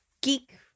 geek